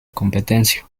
competencia